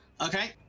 Okay